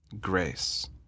grace